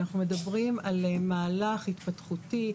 אנחנו מדברים על מהלך התפתחותי,